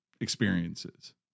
experiences